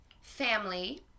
family